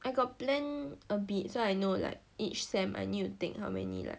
I got plan a bit so I know like each semester I need to take how many lah